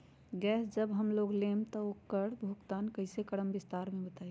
Gas जब हम लोग लेम त उकर भुगतान कइसे करम विस्तार मे बताई?